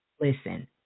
listen